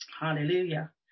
Hallelujah